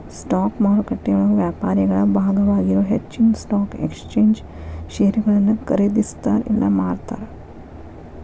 stock ಮಾರುಕಟ್ಟೆಯೊಳಗ ವ್ಯಾಪಾರಿಗಳ ಭಾಗವಾಗಿರೊ ಹೆಚ್ಚಿನ್ ಸ್ಟಾಕ್ ಎಕ್ಸ್ಚೇಂಜ್ ಷೇರುಗಳನ್ನ ಖರೇದಿಸ್ತಾರ ಇಲ್ಲಾ ಮಾರ್ತಾರ